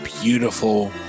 beautiful